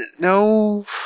no